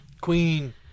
Queen